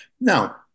Now